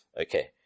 okay